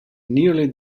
nearly